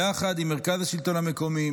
יחד עם מרכז השלטון המקומי,